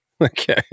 okay